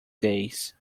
days